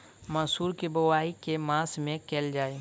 मसूर केँ बोवाई केँ के मास मे कैल जाए?